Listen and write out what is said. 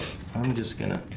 i'm just gonna